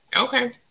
Okay